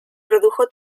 produjo